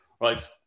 Right